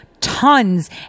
tons